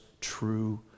true